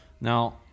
now